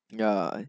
yeah um